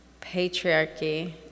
patriarchy